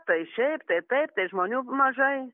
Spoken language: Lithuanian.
tai šiaip tai taip tai žmonių mažai